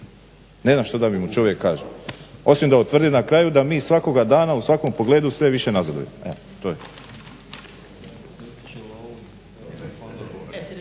ne znam što da mu čovjek kaže, osim da utvrdi na kraju da mi svakoga dana u svakom pogledu sve više nazadujemo,